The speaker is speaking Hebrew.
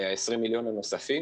ה-20 מיליון הנוספים.